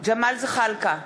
ג'מאל זחאלקה,